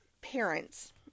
parents